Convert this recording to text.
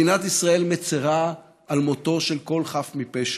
מדינת ישראל מצרה על מותו של כל חף מפשע,